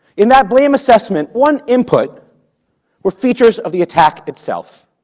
in that blame assessment, one input were features of the attack itself,